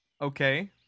Okay